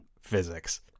physics